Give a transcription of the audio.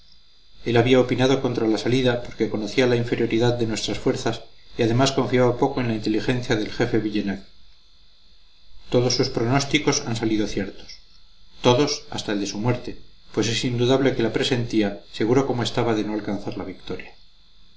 él había opinado contra la salida porque conocía la inferioridad de nuestras fuerzas y además confiaba poco en la inteligencia del jefe villeneuve todos sus pronósticos han salido ciertos todos hasta el de su muerte pues es indudable que la presentía seguro como estaba de no alcanzar la victoria